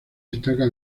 destaca